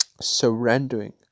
surrendering